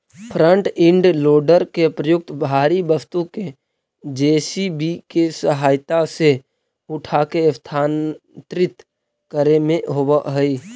front end loader के प्रयोग भारी वस्तु के जे.सी.बी के सहायता से उठाके स्थानांतरित करे में होवऽ हई